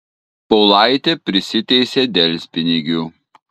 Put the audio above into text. paulaitė prisiteisė delspinigių